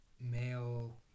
male